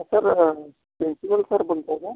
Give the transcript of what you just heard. sir principal sir बोलत आहे का